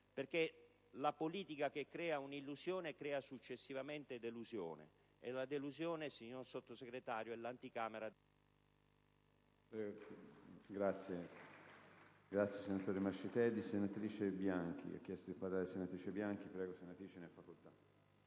posto. La politica che crea illusione, infatti, crea successivamente delusione, e la delusione, signor Sottosegretario, è l'anticamera